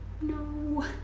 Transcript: no